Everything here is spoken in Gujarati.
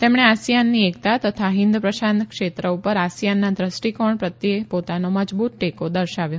તેમણે આસિયાનની એકતા તથા હિંદ પ્રશાંત ક્ષેત્ર પર આસિયાનના દ્રષ્ટીકોણ પ્રત્યે પોતાનો મજબુત ટેકો દર્શાવ્યો